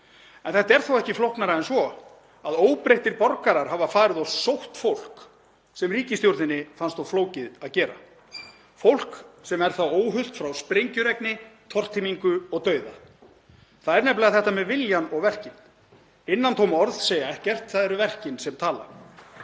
En þetta er þó ekki flóknara en svo að óbreyttir borgarar hafa farið og sótt fólk sem ríkisstjórninni fannst of flókið að sækja, fólk sem er þá óhult frá sprengjuregni, tortímingu og dauða. Það er nefnilega þetta með viljann og verkin. Innantóm orð segja ekkert. Það eru verkin sem tala.